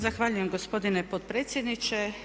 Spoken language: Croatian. Zahvaljujem gospodine potpredsjedniče.